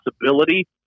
possibility